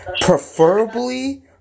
Preferably